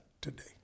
today